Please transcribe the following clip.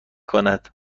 کند